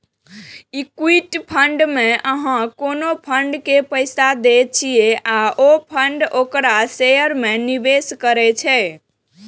equity fund मे अहां कोनो फंड के पैसा दै छियै आ ओ फंड ओकरा शेयर मे निवेश करै छै